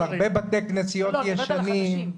הרבה בתי כנסיות ישנים,